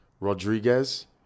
Rodriguez